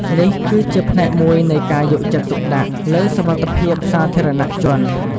នេះគឺជាផ្នែកមួយនៃការយកចិត្តទុកដាក់លើសុវត្ថិភាពសាធារណៈជន។